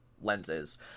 lenses